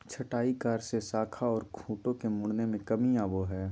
छंटाई कार्य से शाखा ओर खूंटों के मुड़ने में कमी आवो हइ